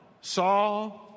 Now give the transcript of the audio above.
saw